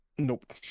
Nope